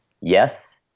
yes